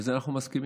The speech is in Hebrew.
שבזה אנחנו מסכימים.